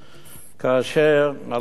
כאשר על אותו עמוד,